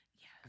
Yes